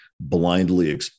blindly